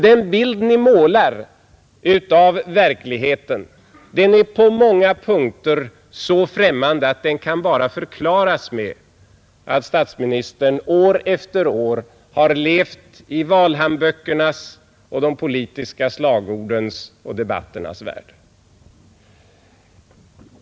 Den bild Ni målar av verkligheten är på många punkter så främmande, att den bara kan förklaras med att Ni år efter år har levt i valhand böckernas och de politiska slagordens och debatternas värld.